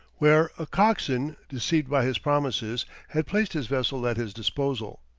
where a coxswain, deceived by his promises, had placed his vessel at his disposal.